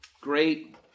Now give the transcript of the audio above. great